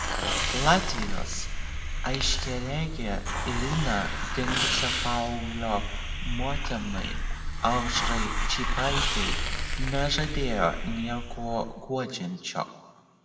latvijos aiškiaregė irina dingusio paauglio motinai aušrai čypaitei nežadėjo nieko guodžiančio